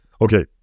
Okay